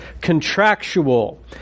contractual